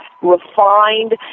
refined